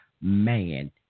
man